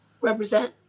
represent